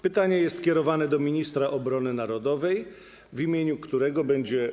Pytanie jest kierowane do ministra obrony narodowej, w imieniu którego będzie.